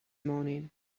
moaning